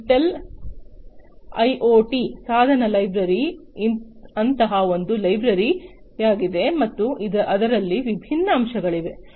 Intel IoT ಸಾಧನ library ಅಂತಹ ಒಂದು ಲೈಬ್ರರಿ ಯಾಗಿದೆ ಮತ್ತು ಅದರಲ್ಲಿ ವಿಭಿನ್ನ ಅಂಶಗಳಿವೆ